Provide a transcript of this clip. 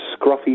scruffy